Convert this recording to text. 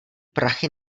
prachy